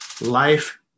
life